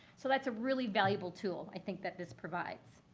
so that's a really valuable tool i think that this provides.